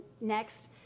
next